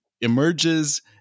emerges